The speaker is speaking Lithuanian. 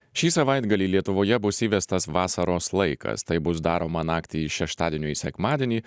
šį savaitgalį lietuvoje bus įvestas vasaros laikas tai bus daroma naktį iš šeštadienio į sekmadienį